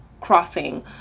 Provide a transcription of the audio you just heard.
crossing